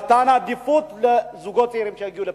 מתן עדיפות לזוגות צעירים שהגיעו לפריפריה,